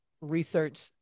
research